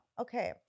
Okay